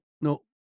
no